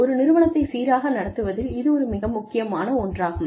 ஒரு நிறுவனத்தைச் சீராக நடத்துவதில் இது மிக முக்கியமான ஒன்றாகும்